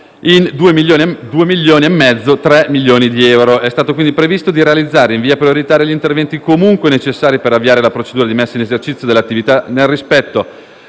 in 2,5-3 milioni di euro. È stato quindi previsto di realizzare in via prioritaria gli interventi comunque necessari per avviare la procedura di messa in esercizio dell'attività nel rispetto